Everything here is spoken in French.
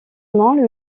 nom